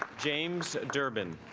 james durbin